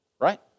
right